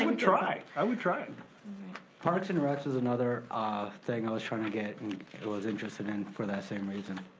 would try, i would try. and parks and recs is another thing i was trying to get and was interested in for that same reason.